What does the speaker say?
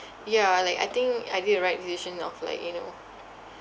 ya like I think I did the right decision of like you know